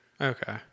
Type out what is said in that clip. Okay